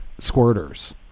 squirters